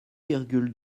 virgule